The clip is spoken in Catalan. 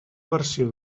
versió